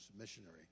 missionary